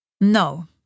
No